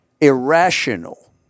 irrational